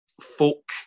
folk